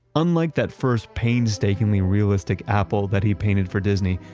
unlike that first painstakingly, realistic apple that he painted for disney,